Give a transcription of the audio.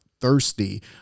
thirsty